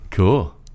Cool